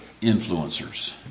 influencers